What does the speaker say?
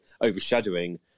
overshadowing